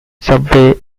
subway